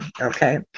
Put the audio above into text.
Okay